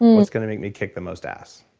what's gonna make me kick the most ass?